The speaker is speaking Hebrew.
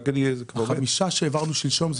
ה-5 מיליון שקלים שהעברנו שלשום,